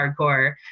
hardcore